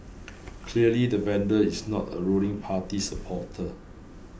clearly the vandal is not a ruling party supporter